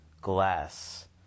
glass